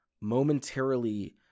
momentarily